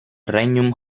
regnum